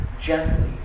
gently